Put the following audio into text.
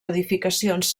edificacions